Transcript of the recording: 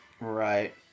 Right